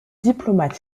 diplomate